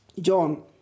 John